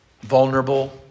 vulnerable